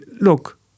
look